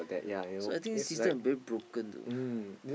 so I think this system is very broken though